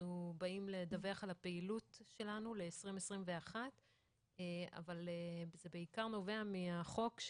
אנחנו באים לדווח על הפעילות שלנו לשנת 20-21 אבל זה בעיקר נובע מהחוק,